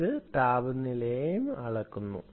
ഇത് താപനിലയും അളക്കുന്നു